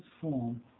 form